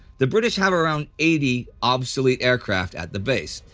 the british have around eighty obsolete aircraft at the base.